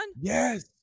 Yes